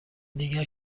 دیگر